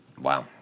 Wow